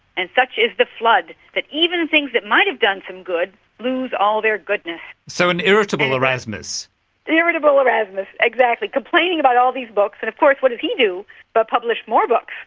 and such is the flood that even things that might have done some good lose all their goodness. so, an irritable erasmus. an irritable erasmus, exactly, complaining about all these books, and of course what does he do but publish more books.